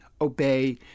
obey